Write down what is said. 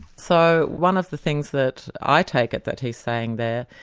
so one of the things that i take it that he's saying there,